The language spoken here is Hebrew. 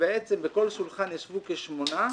בכל שולחן ישבו כשמונה.